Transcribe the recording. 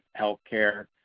healthcare